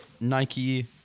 Nike